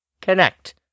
Connect